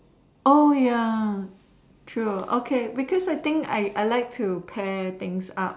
oh ya true okay because I think I I like to pair things up